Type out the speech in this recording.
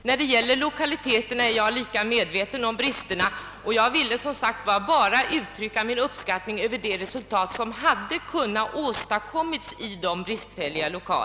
När det gäller lokaliteterna är jag lika medveten som fru Lindskog om bristerna, och jag ville bara uttrycka min uppskattning över de resultat som har kunnat åstadkommas i dessa bristfälliga 1okaler.